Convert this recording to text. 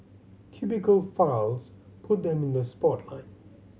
Cubicle Files put them in the spotlight